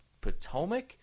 Potomac